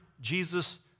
Jesus